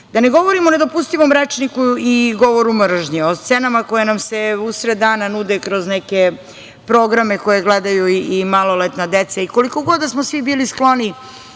ne govorim o nedopustivom rečniku i govoru mržnje. O scenama koje nam se usred dana nude kroz neke programe koje gledaju i maloletna deca i koliko god da smo svi bili skloni